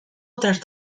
otras